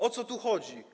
O co tu chodzi?